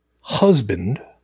husband